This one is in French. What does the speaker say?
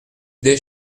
des